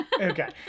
okay